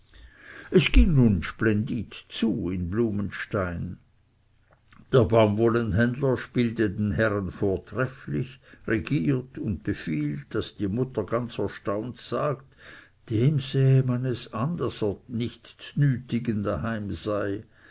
es geht nun splendid zu in blumenstein der baumwollenhändler spielt den herren vortrefflich regiert und befiehlt daß die mutter ganz erstaunt sagt dem sehe man es an daß er nicht znütigen daheim sei